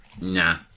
Nah